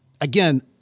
again